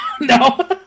No